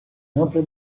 ampla